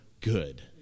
good